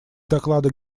доклада